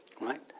right